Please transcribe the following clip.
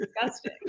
disgusting